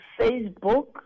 Facebook